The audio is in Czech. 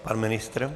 Pan ministr?